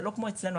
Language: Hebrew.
זה לא כמו אצלינו,